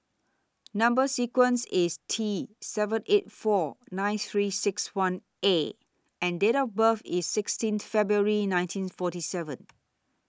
Number sequence IS T seven eight four nine three six one A and Date of birth IS sixteenth February nineteen forty seven